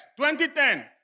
2010